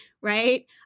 right